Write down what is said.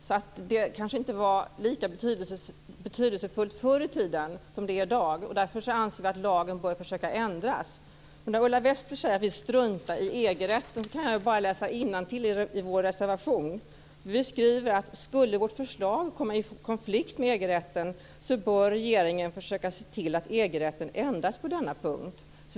Detta kanske inte var lika betydelsefullt förr i tiden som det är i dag, och därför anser vi att lagen bör ändras. När Ulla Wester säger att vi struntar i EG-rätten kan jag bara läsa innantill i vår reservation: Skulle vårt förslag komma i konflikt med EG-rätten bör regeringen försöka se till att EG-rätten ändras på denna punkt.